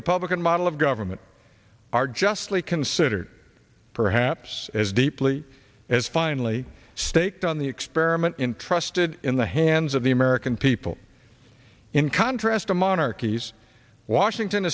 republican model of government are justly considered perhaps as deeply as finely staked on the experiment interested in the hands of the american people in contrast to monarchies washington